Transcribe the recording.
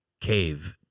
cave